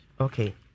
Okay